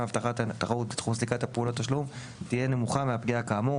הבטחת התחרות בתחום סליקת פעולות תשלום תהיה נמוכה מהפגיעה כאמור,